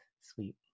sweet